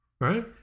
right